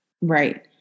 Right